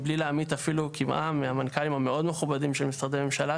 מבלי להמעיט אפילו קמעה מהמנכ"לים המאוד מכובדים של משרדי הממשלה,